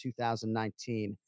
2019